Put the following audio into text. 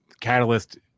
catalyst